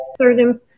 certain